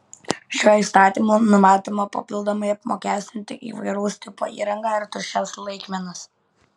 šiuo įstatymu numatoma papildomai apmokestinti įvairaus tipo įrangą ir tuščias laikmenas